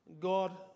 God